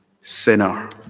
sinner